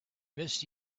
miss